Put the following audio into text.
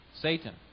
Satan